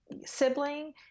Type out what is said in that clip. sibling